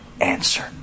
answer